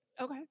okay